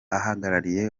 ahagarariye